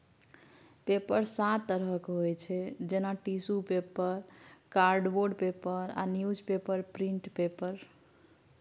paper सात तरहक होइ छै जेना टिसु पेपर, कार्डबोर्ड पेपर आ न्युजपेपर प्रिंट पेपर